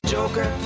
Joker